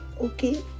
okay